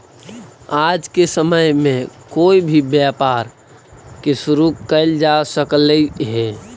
आज के समय में कोई भी व्यापार के शुरू कयल जा सकलई हे